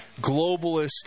globalist